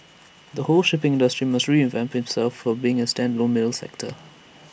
the whole shipping industry must revamp itself from being A standalone middle sector